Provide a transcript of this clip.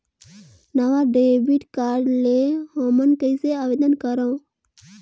नवा debit card ले हमन कइसे आवेदन करंव?